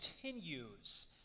continues